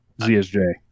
ZSJ